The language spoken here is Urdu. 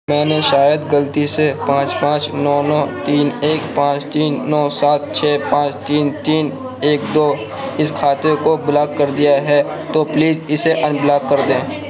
میں نے شاید غلطی سے پانچ پانچ نو نو تین ایک پانچ تین نو سات چھ پانچ تین تین ایک دو اس کھاتے کو بلاک کر دیا ہے تو پلیز اسے ان بلاک کر دیں